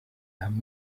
hame